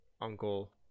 uncle